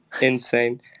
insane